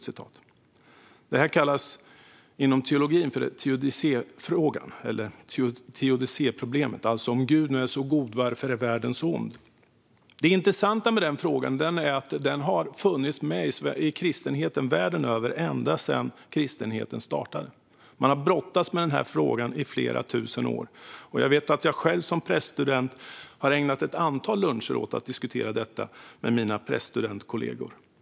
Det här kallas inom teologin för teodicéproblemet. Om Gud nu är så god, varför är då världen så ond? Det intressanta med den frågan är att den har funnits med i kristenheten världen över ända sedan kristenheten startade. Man har brottats med frågan i flera tusen år. Som präststudent ägnade jag själv ett antal luncher åt att diskutera detta med mina präststudentkollegor.